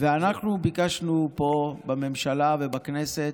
ואנחנו ביקשנו פה, בממשלה ובכנסת,